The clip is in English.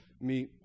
meet